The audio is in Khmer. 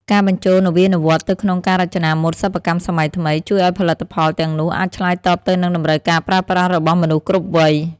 ការបញ្ចូលនវានុវត្តន៍ទៅក្នុងការរចនាម៉ូដសិប្បកម្មសម័យថ្មី ជួយឱ្យផលិតផលទាំងនោះអាចឆ្លើយតបទៅនឹងតម្រូវការប្រើប្រាស់របស់មនុស្សគ្រប់វ័យ។